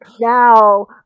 now